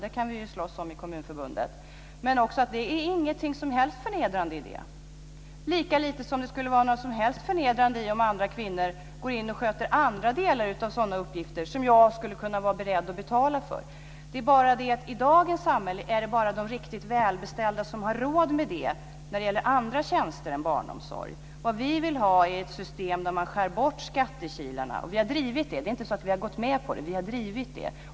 Det kan vi slåss om i Kommunförbundet. Men det är heller inget som helst förnedrande i det. Lika lite skulle det vara något som helst förnedrande om andra kvinnor går in och sköter andra delar av sådana uppgifter som jag skulle kunna vara beredd att betala för. Men i dagens samhälle är det bara de riktigt välbeställda som har råd med det när det gäller andra tjänster än barnomsorg. Vad vi vill ha är ett system där man skär bort skattekilarna. Vi har drivit det. Det är inte så att vi har gått med på det.